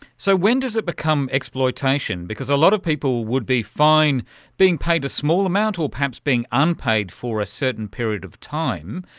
so when does it become exploitation? because a of people would be fine being paid a small amount or perhaps being unpaid for a certain period of time.